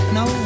no